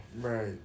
Right